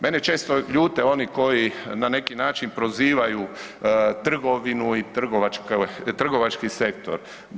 Mene često ljute oni koji na neki način prozivaju trgovinu i trgovački sektor.